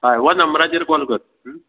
हय हो नंबराचेर कॉल कर बरें